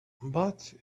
but